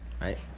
right